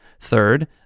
Third